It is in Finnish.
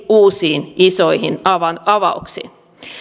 uusiin isoihin avauksiin